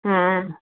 हाँ